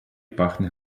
пахне